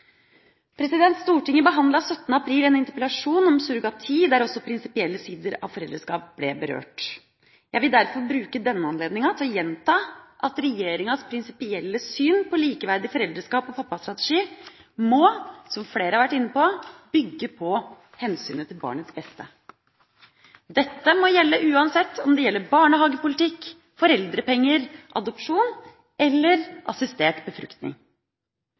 Stortinget behandlet 17. april en interpellasjon om surrogati, der også prinsipielle sider av foreldreskap ble berørt. Jeg vil derfor bruke denne anledninga til å gjenta at regjeringas prinsipielle syn på likeverdig foreldreskap og pappastrategi må – som flere har vært inne på – bygge på hensynet til barnets beste. Dette må gjelde uansett om det gjelder barnehagepolitikk, foreldrepenger, adopsjon eller assistert befruktning.